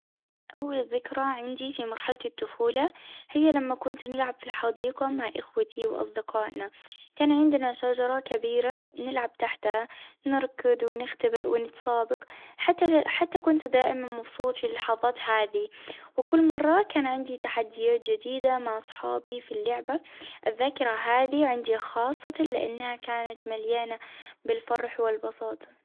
أفضل ذكرى عندي في مرحلة الطفولة، هي لما كنت نلعب في الحديقة مع إخوتي وأصدقائنا ، كان عندنا شجرة كبيرة نلعب تحتها نركض ونختبئ ونتسابق حتى حتى كنت دائمًا مبسوط في اللحظات هذي، وكل مرة كان عندي تحديات جديدة مع أصحابي في اللعبة الذاكرة هذي عندي خاصة لأنها كانت مليانة بالفرح والبساطة.